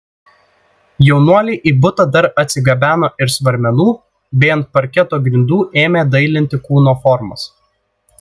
jaunuoliai į butą dar atsigabeno ir svarmenų bei ant parketo grindų ėmė dailinti kūno formas